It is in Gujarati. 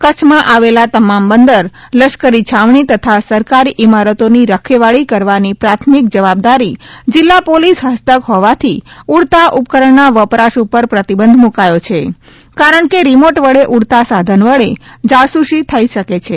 કચ્છમાં આવેલા તમામ બંદર લશ્કરી છાવજી તથા સરકારી ઇમારતોની રખેવાળી કરવાની પ્રાથમિક જવાબદારી જિલ્લા પોલીસ હસ્તક હોવાથી ઉડતા ઉપકરણના વપરાશ ઉપર પ્રતિબંધ મૂકાયો છે કારણ કે રીમોટ વડે ઉડતા સાધન વડે જાસૂસી થઇ શકે છે